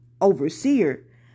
overseer